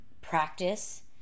practice